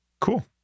Cool